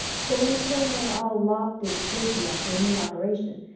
so when he came in all lopped and shaky after a mean operation,